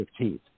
15th